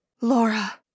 Laura